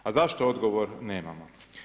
A zašto odgovor nemamo?